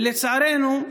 ולצערנו,